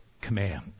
command